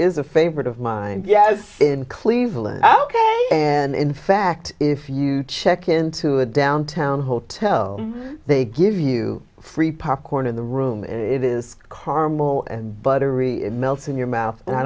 is a favorite of mine yes in cleveland ok and in fact if you check into a downtown hotel they give you free popcorn in the room and it is carmel and buttery it melts in your mouth and i